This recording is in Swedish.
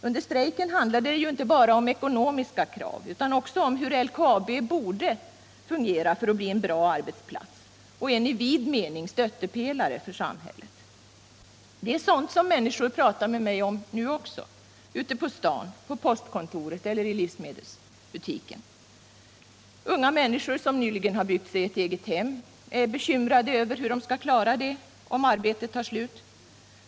Under strejken handlade det ju inte bara om ekonomiska krav utan också om hur LKAB borde fungera för att bli en bra arbetsplats och i vid mening en stöttepelare för samhället. Det är sådant som människor pratar med mig om nu också ute på staden, på postkontoret eller i livsmedelsbutiken. Unga människor som nyligen byggt sig ett egethem är bekymrade över hur de skall klara det, om arbetet tar slut.